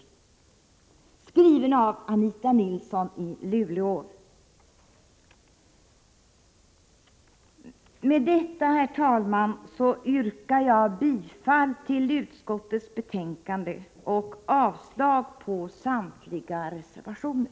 Herr talman! Med det anförda yrkar jag bifall till hemställan i utskottets betänkande och avslag på samtliga reservationer.